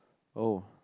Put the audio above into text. oh